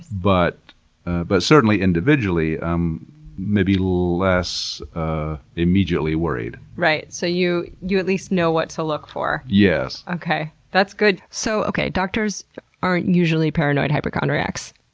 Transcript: but but certainly, individually, um maybe less immediately worried. right, so you you at least know what to look for. yes. okay! that's good! so okay, doctors aren't usually paranoid hypochondriacs.